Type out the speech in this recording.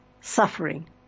suffering